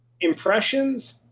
impressions